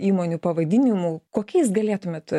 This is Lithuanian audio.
įmonių pavadinimų kokiais galėtumėt